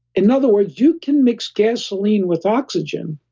in other words, you can mix gasoline with oxygen,